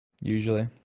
Usually